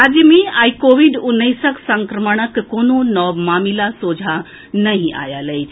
राज्य मे आइ कोविड उन्नैसक संक्रमणक कोनो नव मामिला सोझा नहि आएल अछि